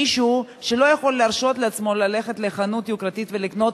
מישהו שלא יכול להרשות לעצמו ללכת לחנות יוקרתית ולקנות,